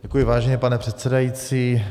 Děkuji, vážený pane předsedající.